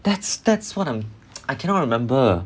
that's that's what I'm I cannot remember